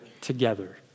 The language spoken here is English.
together